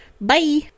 Bye